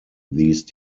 these